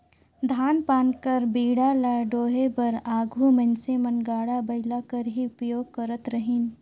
धान पान कर बीड़ा ल डोहे बर आघु मइनसे मन गाड़ा बइला कर ही उपियोग करत रहिन